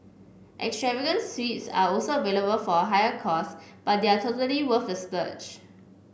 extravagant suites are also available for a higher cost but they are totally worth the splurge